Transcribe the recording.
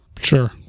Sure